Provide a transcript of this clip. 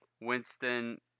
Winston